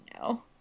no